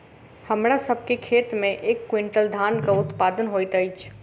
हमरा सभ के खेत में एक क्वीन्टल धानक उत्पादन होइत अछि